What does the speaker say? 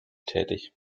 tätig